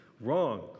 wrong